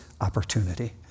opportunity